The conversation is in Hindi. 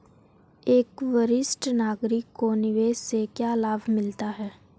एक वरिष्ठ नागरिक को निवेश से क्या लाभ मिलते हैं?